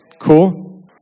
Cool